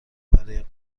برای